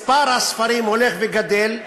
מספר הספרים הולך וגדל.